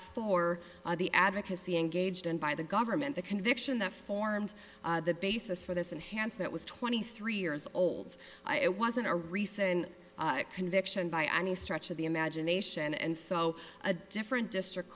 for the advocacy engaged in by the government the conviction that forms the basis for this enhanced it was twenty three years old it wasn't a recent conviction by any stretch of the imagination and so a different district